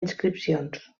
inscripcions